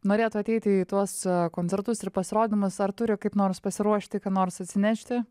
norėtų ateiti į tuos koncertus ir pasirodymus ar turi kaip nors pasiruošti ką nors atsinešti